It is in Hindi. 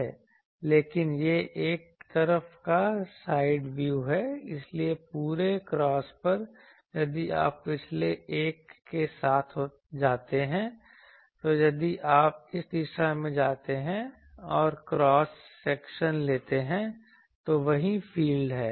लेकिन यह एक तरफ का साइड व्यू है इसलिए पूरे क्रॉस पर यदि आप पिछले एक के साथ जाते हैं तो यदि आप इस दिशा में जाते हैं और क्रॉस सेक्शन लेते हैं तो वही फ़ील्ड है